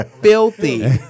filthy